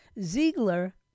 Ziegler